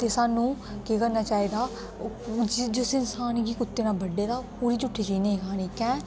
ते सानू केह् करना चाहिदा जिस इसांन गी कुत्ते ने बड्डे दा ओहदी झूठी चीज नेई खानी केंह